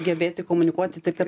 gebėti komunikuoti taip kad